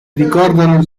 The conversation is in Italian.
ricordano